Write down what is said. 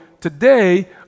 today